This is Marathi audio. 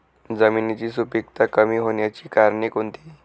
जमिनीची सुपिकता कमी होण्याची कारणे कोणती?